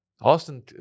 Austin